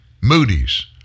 Moody's